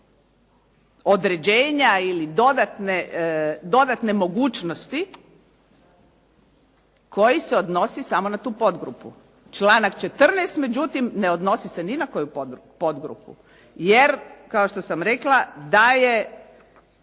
određenja ili dodatne mogućnosti koji se odnosi samo na tu podgrupu. Članak 14. međutim ne odnosi se ni na koju podgrupu jer, kao što sam rekla, da je